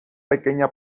pequeña